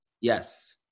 Yes